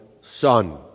son